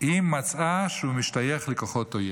אם מצאה שהוא משתייך לכוחות אויב.